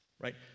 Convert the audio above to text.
right